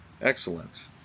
Excellent